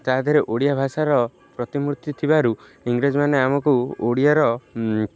ତା ଦେହରେ ଓଡ଼ିଆ ଭାଷାର ପ୍ରତିମୂର୍ତ୍ତି ଥିବାରୁ ଇଂରେଜ୍ମାନେ ଆମକୁ ଓଡ଼ିଆର